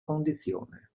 condizione